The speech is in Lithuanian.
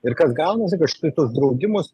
ir kas gaunasi kad štai tuos draudimus